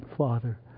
Father